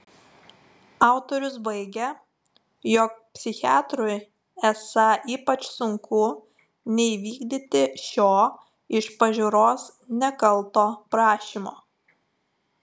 autorius baigia jog psichiatrui esą ypač sunku neįvykdyti šio iš pažiūros nekalto prašymo